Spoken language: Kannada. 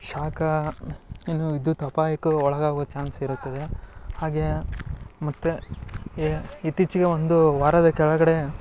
ಶಾಕ ಇನ್ನು ವಿದ್ಯುತ್ ಅಪಾಯಕ್ಕೆ ಒಳಗಾಗುವ ಚಾನ್ಸ್ ಇರುತ್ತದೆ ಹಾಗೇ ಮತ್ತು ಎ ಇತ್ತೀಚೆಗೆ ಒಂದು ವಾರದ ಕೆಳಗಡೆ